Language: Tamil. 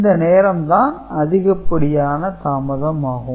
இந்த நேரம் தான் அதிகபடியான தாமதம் ஆகும்